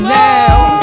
now